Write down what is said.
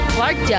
Clark